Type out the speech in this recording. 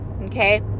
Okay